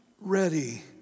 ready